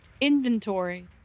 Inventory